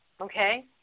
Okay